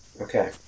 Okay